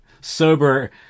sober